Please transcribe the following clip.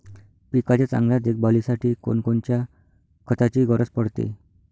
पिकाच्या चांगल्या देखभालीसाठी कोनकोनच्या खताची गरज पडते?